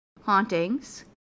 hauntings